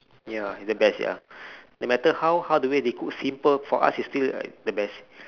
ya the best ya no matter how how the way they cook simple for us it's still like the best